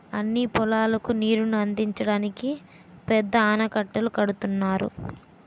అన్ని పొలాలకు నీరుని అందించడానికి పెద్ద ఆనకట్టలు కడుతున్నారు